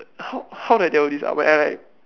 how how do I tell this ah when I like